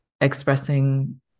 expressing